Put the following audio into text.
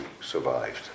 survived